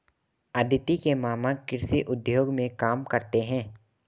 अदिति के मामा कृषि उद्योग में काम करते हैं